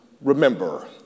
remember